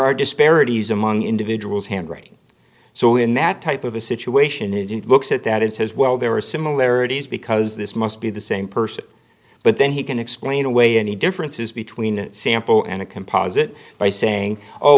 are disparities among individuals handwriting so in that type of a situation indeed looks at that and says well there are similarities because this must be the same person but then he can explain away any differences between a sample and a composite by saying oh